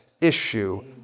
issue